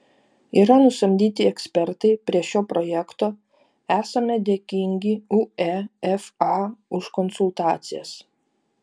yra nusamdyti ekspertai prie šio projekto esame dėkingi uefa už konsultacijas